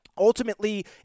Ultimately